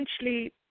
essentially